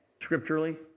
scripturally